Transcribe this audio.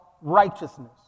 righteousness